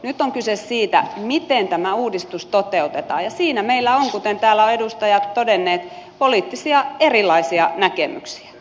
nyt on kyse siitä miten tämä uudistus toteutetaan ja siinä meillä on kuten täällä ovat edustajat todenneet erilaisia poliittisia näkemyksiä